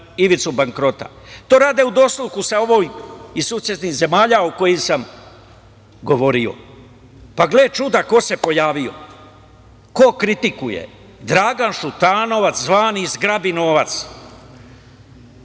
ivicu bankrota. To rade u dosluhu sa ovima iz susednih zemalja o kojim sam govorio. Pa, gle čuda ko se pojavio, ko kritikuje - Dragan Šutanovac, zvani zgrabi novac.